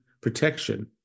protection